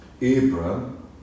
Abraham